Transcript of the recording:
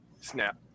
Snap